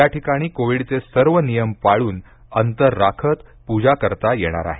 या ठिकाणी कोविडचे सर्व नियम पाळून अंतर राखत पूजा करता येणार आहे